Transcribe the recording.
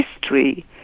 history